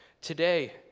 Today